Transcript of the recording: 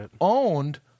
owned